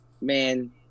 Man